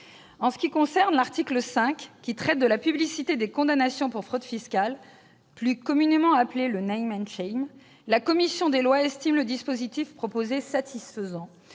En ce qui concerne l'article 5 relatif à la publicité des condamnations pour fraude fiscale, plus communément appelée le, la commission des lois estime le dispositif proposé est satisfaisant,